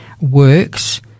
works